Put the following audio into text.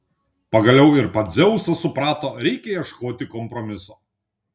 pagaliau ir pats dzeusas suprato reikia ieškoti kompromiso